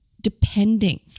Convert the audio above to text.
depending